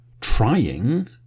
trying